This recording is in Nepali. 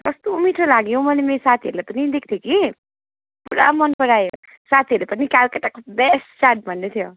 कस्तो मिठो लाग्यो हो मैले मेरो साथीहरूलाई पनि दिएको थिएँ कि पुरा मन परायो साथीहरूले पनि क्यालकाटाको बेस्ट चाट भन्दै थियो